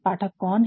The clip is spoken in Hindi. पाठक कौन हैं